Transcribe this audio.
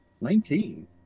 Nineteen